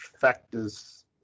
factors